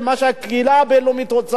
מה שהקהילה הבין-לאומית רוצה,